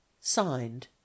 Signed